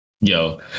yo